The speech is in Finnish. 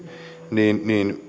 niin